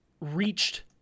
reached